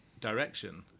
direction